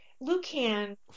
Lucan